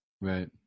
Right